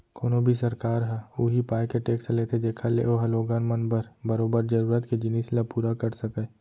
कोनो भी सरकार ह उही पाय के टेक्स लेथे जेखर ले ओहा लोगन मन बर बरोबर जरुरत के जिनिस ल पुरा कर सकय